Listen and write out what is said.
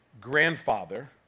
grandfather